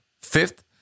Fifth